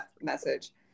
message